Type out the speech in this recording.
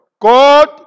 God